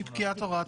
מפקיעת הוראת